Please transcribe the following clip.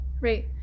Right